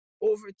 over